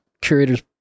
curators